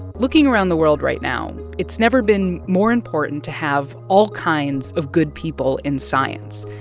looking around the world right now, it's never been more important to have all kinds of good people in science,